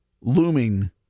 looming